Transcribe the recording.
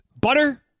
butter